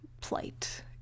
plight